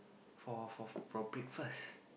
for for for breakfast